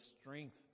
strength